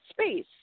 space